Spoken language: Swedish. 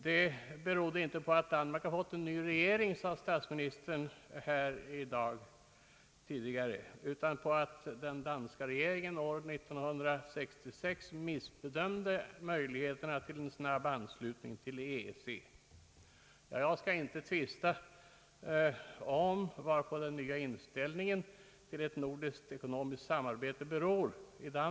Statsministern sade tidigare i dag att omsvängningen inte berodde på att Danmark fått en ny regering utan på att den danska regeringen år 1966 missbedömde möjligheterna att snabbt nå anslutning till EEC. Ja, jag skall inte tvista om varpå den nya inställningen i Danmark till ett nordiskt ekonomiskt samarbete beror.